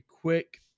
quick